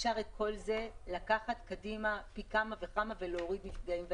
אפשר את כל זה לקחת קדימה פי כמה וכמה ולהוריד נפגעים והרוגים.